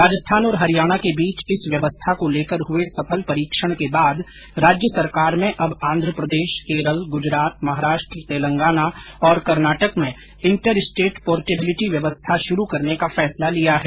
राजस्थान और हरियाणा के बीच इस व्यवस्था को लेकर हुए सफल परीक्षण के बाद राज्य सरकार में अब आन्ध्रप्रदेश केरल ग्जरात महाराष्ट्र तेलंगाना और कर्नाटक में इन्टर स्टेट पोर्टेबिलिटी व्यवस्था शुरू करने का फैसला लिया है